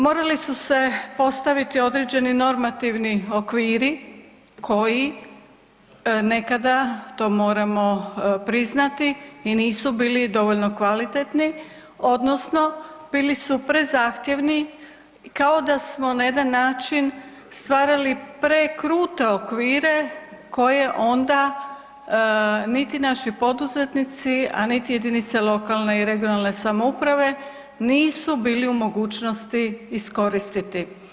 Morali su se postaviti određeni normativni okviri koji nekada to moramo priznati i nisu bili dovoljno kvalitetni odnosno bili su prezahtjevni kao da smo na jedan način stvarali prekrute okvire koje onda niti naši poduzetnici, a niti jedinice lokalne i regionalne samouprave nisu bili u mogućnosti iskoristiti.